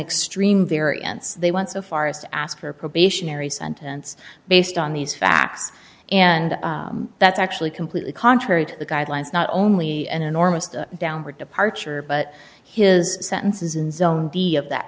extreme variance they went so far as to ask for a probationary sentence based on these facts and that's actually completely contrary to the guidelines not only an enormous downward departure but his sentence is in zone d of that